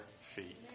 feet